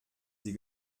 sie